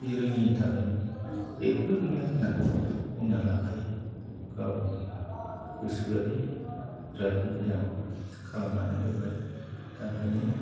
बे रोङैनि थाखायनो जेबो गैया होनानै बुंना लाखायो गावनि गोसोबादि बिराद मोजां खालामानानै होबाय दा ओंखायनो